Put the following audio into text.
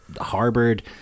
harbored